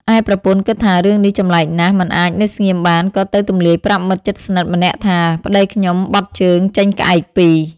ឯប្រពន្ធគិតថារឿងនេះចម្លែកណាស់ មិនអាចនៅស្ងៀមបាន ក៏ទៅទម្លាយប្រាប់មិត្តជិតស្និទ្ធម្នាក់ថា៖ "ប្ដីខ្ញុំបត់ជើងចេញក្អែកពីរ"។